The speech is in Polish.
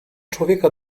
człowieka